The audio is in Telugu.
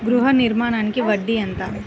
గృహ ఋణంకి వడ్డీ ఎంత?